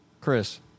Chris